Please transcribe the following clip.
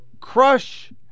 crush